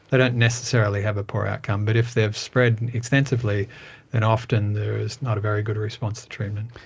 they don't necessarily have a poor outcome, but if they have spread extensively then often there is not a very good response to treatment.